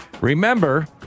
remember